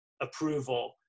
approval